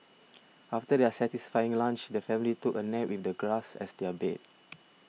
after their satisfying lunch the family took a nap with the grass as their bed